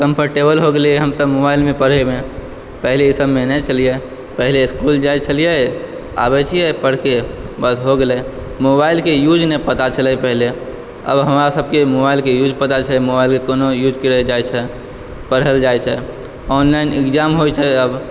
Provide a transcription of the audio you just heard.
comfortable हो गेलय हमसभ मोबाइलमे पढ़यमे पहिले ईसभमे नहि छलियै पहिले इस्कूल जाइत छलियै आबैत छियै पढ़िके बस हो गेलय मोबाइलके यूज नहि पता छलय पहिले आब हमरासभके मोबाइलके यूज पता छै मोबाइलके कोना यूज करल जाइ छै पढ़ल जाइ छै ऑनलाइन ईग्जाम होइत छै अब